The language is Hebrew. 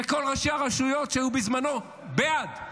וכל ראשי הרשויות שהיו בזמנו בעד,